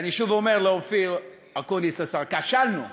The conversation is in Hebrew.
ואני שוב אומר לאופיר אקוניס השר: כשלנו.